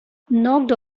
knocked